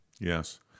Yes